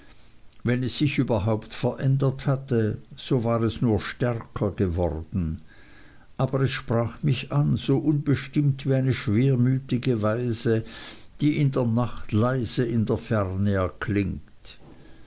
wenn es sich überhaupt verändert hatte so war es nur stärker geworden aber es sprach mich an so unbestimmt wie eine schwermütige weise die in der nacht leise in der ferne erklingt